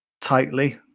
tightly